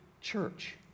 church